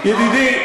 ידידי,